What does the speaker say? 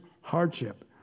hardship